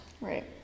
Right